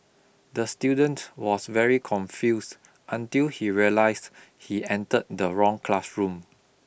the student was very confused until he realised he entered the wrong classroom